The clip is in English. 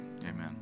Amen